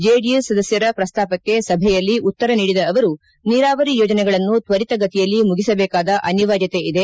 JDS ಸದಸ್ಕರ ಪ್ರಸ್ತಾಪಕ್ಕೆ ಸಭೆಯಲ್ಲಿ ಉತ್ತರ ನೀಡಿದ ಅವರು ನೀರಾವರಿ ಯೋಜನೆಗಳನ್ನು ತ್ವರಿತಗತಿಯಲ್ಲಿ ಮುಗಿಸಬೇಕಾದ ಅನಿವಾರ್ಯತೆ ಇದೆ